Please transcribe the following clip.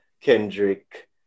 Kendrick